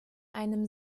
einem